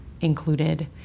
included